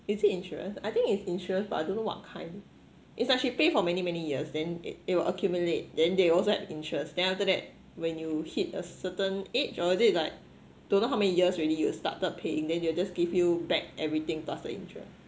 is it insurance I think it's insurance but I don't know what kind it's like she pay for many many years then it will accumulate then they also have interest then after that when you hit a certain age or is it like don't know how many years already you started paying then they'll just give you back every thing plus the interest